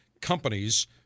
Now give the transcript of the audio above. companies